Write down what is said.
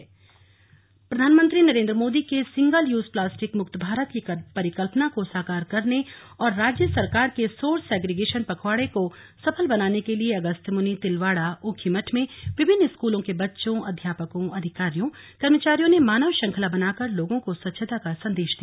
slug plastic मुक्त भारत प्रधानमंत्री नरेन्द्र मोदी के सिंगल यूज प्लास्टिक मुक्त भारत की परिकल्पना को साकार करने और राज्य सरकार के सोर्स सेग्रीगेशन पखवाड़े को सफल बनाने के लिए अगस्तयमुनि तिलवाड़ा ऊखीमठ में विभिन्न स्कूलों के बच्चों अध्यापकों अधिकारियों कर्मचारियों ने मानव श्रंखला बनाकर लोगों को स्वच्छता का संदेश दिया